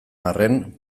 arren